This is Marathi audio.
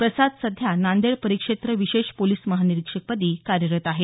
प्रसाद सध्या नांदेड परिक्षेत्र विशेष पोलिस महानिरीक्षक पदी कार्यरत आहेत